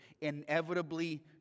inevitably